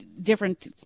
different